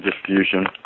diffusion